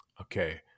Okay